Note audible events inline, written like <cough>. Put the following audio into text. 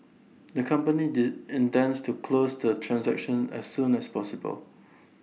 the company <unintelligible> intends to close the transaction as soon as possible